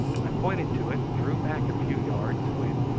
i pointed to it and drew back a few yards, when,